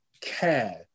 care